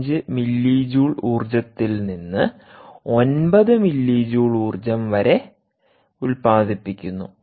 5 millijoule ഊർജ്ജത്തിൽ നിന്ന് 9 millijoule ഊർജ്ജം വരെ ഉല്പാദിപ്പിക്കുന്നു